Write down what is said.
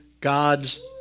God's